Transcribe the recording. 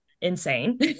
insane